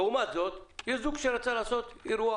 לעומת זה, יש זוג שרצה לעשות אירוע